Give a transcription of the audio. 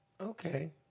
okay